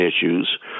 issues